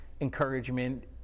encouragement